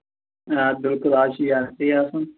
آ بِلکُل از چھُ یہِ یَزتھٕے آسان